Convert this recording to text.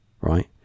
right